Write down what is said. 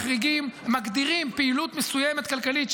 מגדירים פעילות כלכלית מסוימת,